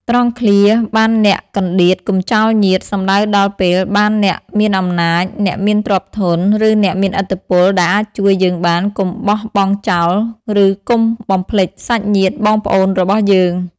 ត្រង់ឃ្លា បានអ្នកកន្តៀត កុំចោលញាតិ សំដៅដល់ពេលបានអ្នកមានអំណាច អ្នកមានទ្រព្យធន ឬអ្នកមានឥទ្ធិពលដែលអាចជួយយើងបាន កុំបោះបង់ចោល ឬកុំបំភ្លេចសាច់ញាតិបងប្អូនរបស់យើង។